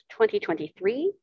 2023